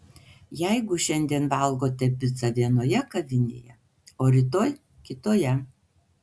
jeigu šiandien valgote picą vienoje kavinėje o rytoj kitoje